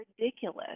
ridiculous